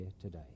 today